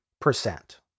percent